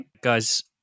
Guys